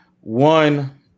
One